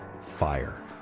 fire